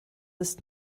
ist